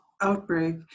outbreak